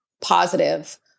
positive